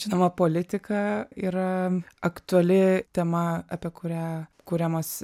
žinoma politika yra aktuali tema apie kurią kuriamos